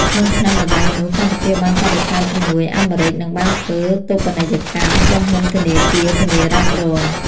ក្នុងឆ្នាំដដែលនោះ កម្ពុជាបានបដិសេធជំនួយអាមេរិក និងបានធ្វើ តូបនីយកម្ម ក្រុមហ៊ុនធនាគារធានារ៉ាប់រង។